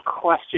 question